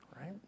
right